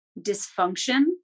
dysfunction